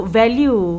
value